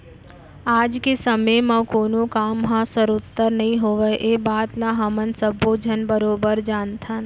आज के समे म कोनों काम ह सरोत्तर नइ होवय ए बात ल हमन सब्बो झन बरोबर जानथन